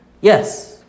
Yes